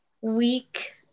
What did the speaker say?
Week